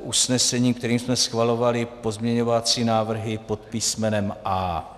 usnesení, kterým jsme schvalovali pozměňovací návrhy pod písmenem A.